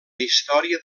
història